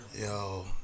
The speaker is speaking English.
yo